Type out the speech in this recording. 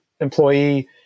employee